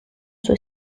sua